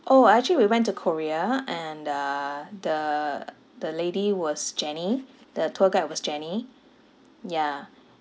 orh actually we went to korea and uh the the lady was jennie the tour guide was jennie ya